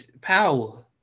power